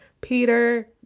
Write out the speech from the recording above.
Peter